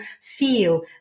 feel